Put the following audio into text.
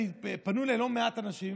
תודה רבה, אדוני היושב-ראש.